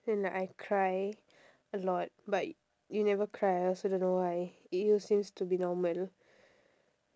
then like I cry a lot but you never cry I don't know why to you seems to be normal